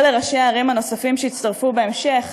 ולראשי הערים הנוספים שהצטרפו בהמשך.